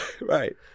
Right